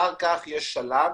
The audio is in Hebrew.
אחר כך יש שלב